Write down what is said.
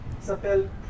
S'appelle